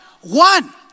One